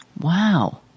Wow